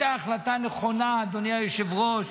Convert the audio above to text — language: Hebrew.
והייתה החלטה נכונה, אדוני היושב-ראש,